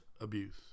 abuse